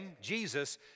Jesus